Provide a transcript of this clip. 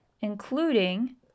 including